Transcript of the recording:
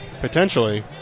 Potentially